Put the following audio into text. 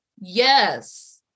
Yes